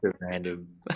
random